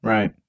Right